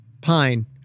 Pine